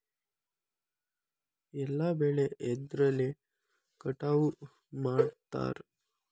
ಎಲ್ಲ ಬೆಳೆ ಎದ್ರಲೆ ಕಟಾವು ಮಾಡ್ತಾರ್?